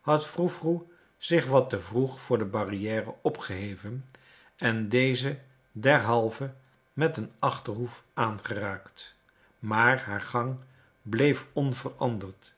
had froe froe zich wat te vroeg voor de barrière opgeheven en deze derhalve met een achterhoef aangeraakt maar haar gang bleef onveranderd